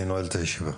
אני נועל את הישיבה.